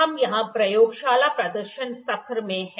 हम यहां प्रयोगशाला प्रदर्शन सत्र में हैं